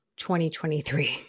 2023